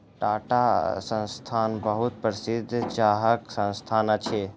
टाटा संस्थान बहुत प्रसिद्ध चाहक संस्थान अछि